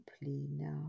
now